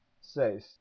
says